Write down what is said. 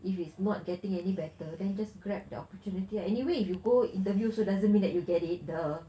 if it's not getting any better then you just grab the opportunity ah anyway if you go interview also doesn't mean that you get it !duh!